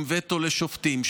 עם וטו לשופטים,